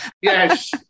Yes